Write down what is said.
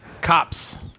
Cops